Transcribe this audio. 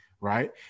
right